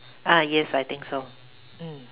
ah yes I think so mm